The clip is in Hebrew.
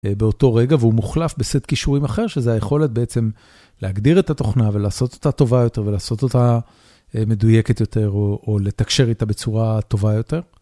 באותו רגע, והוא מוחלף בסט קישורים אחר, שזו היכולת בעצם להגדיר את התוכנה ולעשות אותה טובה יותר, ולעשות אותה מדויקת יותר, או לתקשר איתה בצורה טובה יותר.